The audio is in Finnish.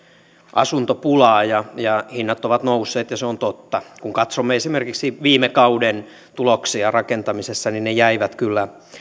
asuntopulaa ja ja hinnat ovat nousseet ja se on totta kun katsomme esimerkiksi viime kauden tuloksia rakentamisessa niin ne jäivät kyllä